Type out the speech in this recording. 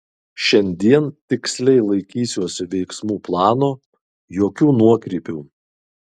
šiandien tiksliai laikysiuosi veiksmų plano jokių nuokrypių